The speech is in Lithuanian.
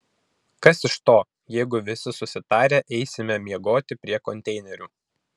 kas iš to jeigu visi susitarę eisime miegoti prie konteinerių